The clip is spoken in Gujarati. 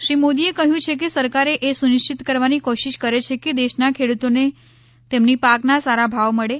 શ્રી મોદીએ કહ્યું છે કે સરકારે એ સુનિશ્ચિત કરવાની કોશિશ કરી છે કે દેશના ખેડૂતોને તેમની પાકના સારા ભાવ મળે